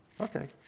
okay